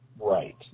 Right